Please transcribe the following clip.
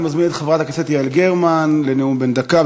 אני מזמין את חברת הכנסת יעל גרמן לנאום בן דקה,